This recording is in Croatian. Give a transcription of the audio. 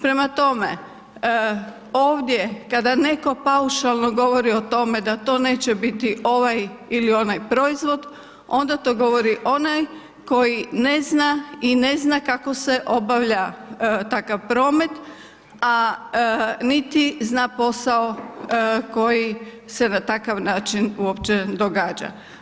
Prema tome, ovdje kada netko paušalno govori o tome da to neće biti ovaj ili onaj proizvod, onda to govori onaj koji ne zna i ne zna kako se obavlja takav promet a niti zna posao koji se na takav način uopće događa.